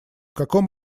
каком